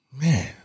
Man